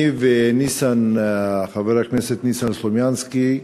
אני וחבר הכנסת ניסן סלומינסקי,